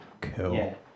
cool